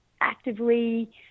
actively